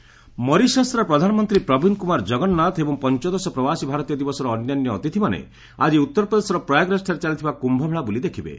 କୁମ୍ଭମେଳା ମରିସସ୍ର ପ୍ରଧାନମନ୍ତ୍ରୀ ପ୍ରବିନ୍ଦ କୁମାର ଜଗନ୍ନାଥ ଏବଂ ପଞ୍ଚଦଶ ପ୍ରବାସୀ ଭାରତୀୟ ଦିବସର ଅନ୍ୟାନ୍ୟ ଅତିଥିମାନେ ଆଜି ଉତ୍ତରପ୍ରଦେଶର ପ୍ରୟାଗ୍ରାଜ୍ଠାରେ ଚାଲିଥିବା କୁମ୍ଭମେଳା ବୁଲି ଦେଖିବେ